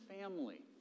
family